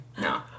No